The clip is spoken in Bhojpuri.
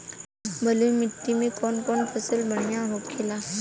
बलुई मिट्टी में कौन कौन फसल बढ़ियां होखेला?